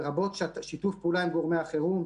לרבות שיתוף פעולה עם גורמי החירום,